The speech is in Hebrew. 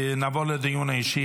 נעבור לדיון האישי.